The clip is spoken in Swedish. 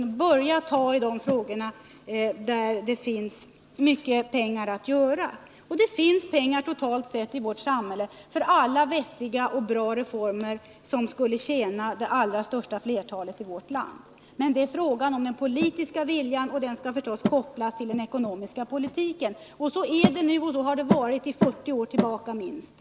Man måste börja angripa de frågorna, för där finns det mycket pengar att göra. Det finns totalt sett pengar i vårt samhälle för alla vettiga och bra reformer som skulle gagna det största flertalet i vårt land. Men det är fråga om den politiska viljan, och denna skall förstås kopplas till den ekonomiska politiken. Så är det nu, och så har det varit sedan minst 40 år tillbaka i tiden.